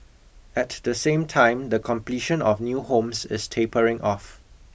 at the same time the completion of new homes is tapering off